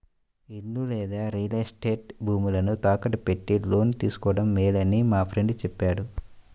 ఇల్లు లేదా real estate భూములను తాకట్టు పెట్టి లోను తీసుకోడం మేలని మా ఫ్రెండు చెప్పాడు